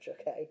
okay